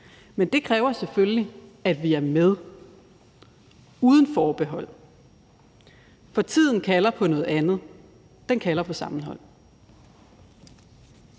men det kræver selvfølgelig, at vi er med uden forbehold, for tiden kalder på noget andet; den kalder på sammenhold.